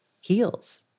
heals